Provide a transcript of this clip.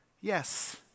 Yes